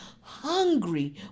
hungry